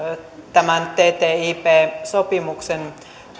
tämän ttip sopimuksen